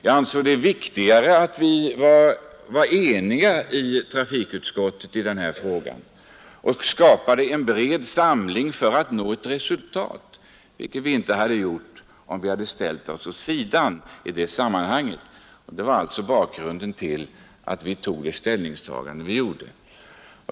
Jag ansåg det viktigare att vi var eniga i trafikutskottet i denna fråga och skapade en bred samling för att nå resultat, vilket vi inte hade gjort om vi hade ställt oss åt sidan i det sammanhanget. Det var alltså bakgrunden till att vi tog det ställningstagande som vi gjorde.